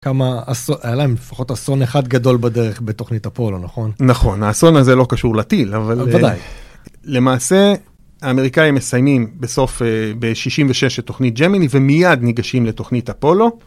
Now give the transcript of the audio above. כמה, היה להם לפחות אסון אחד גדול בדרך בתוכנית אפולו, נכון? נכון, האסון הזה לא קשור לטיל, בוודאי, אבל למעשה האמריקאים מסיימים בסוף, ב-66' תוכנית ג'מיני ומיד ניגשים לתוכנית אפולו.